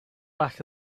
back